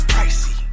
Pricey